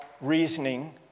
reasoning